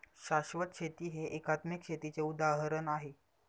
शाश्वत शेती हे एकात्मिक शेतीचे उदाहरण आहे